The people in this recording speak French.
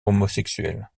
homosexuel